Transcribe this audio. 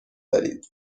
دارید